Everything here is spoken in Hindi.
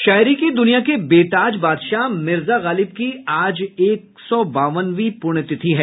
शायरी की दुनिया के बेताज बादशाह मिर्जा गालिब की आज एक सौ बावनवीं पुण्यतिथि है